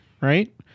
right